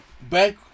back